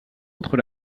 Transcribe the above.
autres